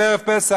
בערב פסח,